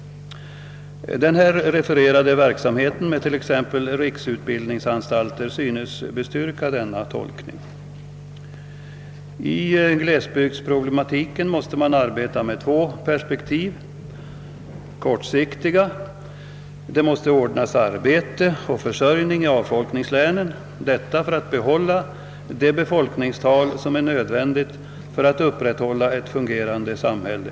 Den här refererade verksamheten med t.ex. riksutbildningsanstalter synes =: bestyrka denna tolkning. I glesbygdsproblematiken måste man arbeta med två perspektiv. För det första gäller det kortsiktiga åtgärder: det måste ordnas arbete och försörjning i avfolkningslänen, detta för att behålla det befolkningstal som är nödvändigt för att upprätthålla ett fungerande samhälle.